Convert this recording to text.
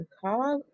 call